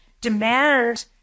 demand